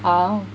oh